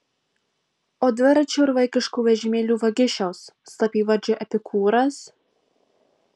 o dviračių ir vaikiškų vežimėlių vagišiaus slapyvardžiu epikūras